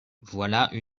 voilà